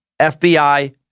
FBI